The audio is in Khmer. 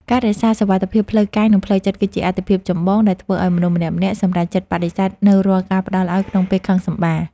ការរក្សាសុវត្ថិភាពផ្លូវកាយ និងផ្លូវចិត្តគឺជាអាទិភាពចម្បងដែលធ្វើឱ្យមនុស្សម្នាក់ៗសម្រេចចិត្តបដិសេធនូវរាល់ការផ្តល់ឱ្យក្នុងពេលខឹងសម្បារ។